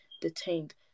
detained